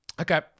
Okay